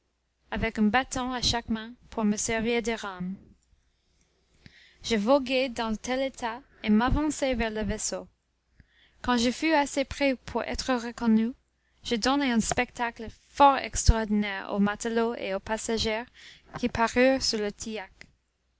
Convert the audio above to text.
avec un bâton à chaque main pour me servir de rames je voguai dans tel étal et m'avançai vers le vaisseau quand je fus assez près pour être reconnu je donnai un spectacle fort extraordinaire aux matelots et aux passagers qui parurent sur le tillac